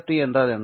c என்றால் என்ன